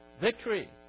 victory